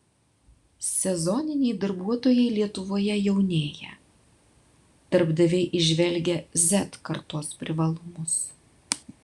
sezoniniai darbuotojai lietuvoje jaunėja darbdaviai įžvelgia z kartos privalumus